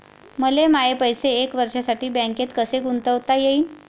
मले माये पैसे एक वर्षासाठी बँकेत कसे गुंतवता येईन?